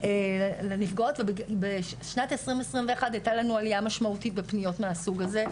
לנפגעות ובשנת 2021 הייתה לנו עלייה משמעותית בפניות מהסוג הזה,